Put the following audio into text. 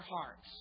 hearts